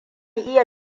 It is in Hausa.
iya